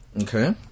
Okay